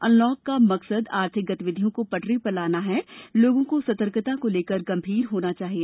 unlock का मकसद आर्थिक गतिविधियों को पटरी पर लाना है लोगों को सतर्कता को लेकर गंभीर होना चाहिए